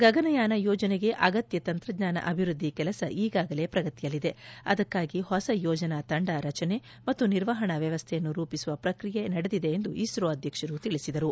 ಗಗನಯಾನ ಯೋಜನೆಗೆ ಅಗತ್ಯ ತಂತ್ರಜ್ಞಾನ ಅಭಿವೃದ್ದಿ ಕೆಲಸ ಈಗಾಗಲೇ ಪ್ರಗತಿಯಲ್ಲಿದೆ ಅದಕ್ಕಾಗಿ ಹೊಸ ಯೋಜನಾ ತಂದ ರಚನೆ ಮತ್ತು ನಿರ್ವಹಣಾ ವ್ಯವಸ್ಥೆಯನ್ನು ರೂಪಿಸುವ ಪ್ರಕ್ರಿಯೆ ನಡೆದಿದೆ ಎಂದು ಇಸ್ರೋ ಅಧ್ಯಕ್ಷರು ತಿಳಿಸಿದರು